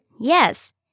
Yes